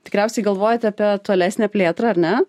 tikriausiai galvojate apie tolesnę plėtrą ar ne